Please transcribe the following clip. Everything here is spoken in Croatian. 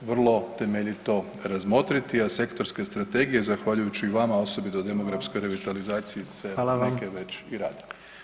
vrlo temeljito razmotriti, a sektorske strategije, zahvaljujući vama, osobito o demografskoj revitalizaciji [[Upadica: Hvala vam.]] se neke već i rade.